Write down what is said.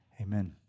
Amen